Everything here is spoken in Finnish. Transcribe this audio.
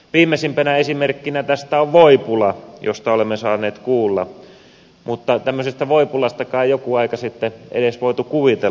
viimeisimpänä esimerkkinä tästä on voipula josta olemme saaneet kuulla mutta tämmöisestä voipulastakaan ei joku aika sitten edes voitu kuvitella